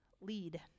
lead